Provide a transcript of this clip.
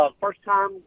first-time